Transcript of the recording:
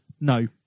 no